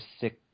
six